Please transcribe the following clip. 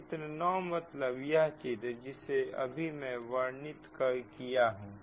चित्र 9 मतलब यह चित्र जिसे अभी मैं वर्णित किया हूं